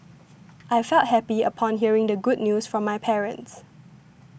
I felt happy upon hearing the good news from my parents